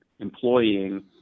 employing